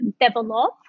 develop